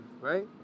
right